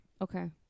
Okay